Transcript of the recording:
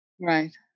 Right